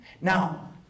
Now